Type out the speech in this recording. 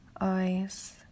eyes